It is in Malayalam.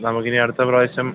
നമുക്കിനി അടുത്ത പ്രാവശ്യം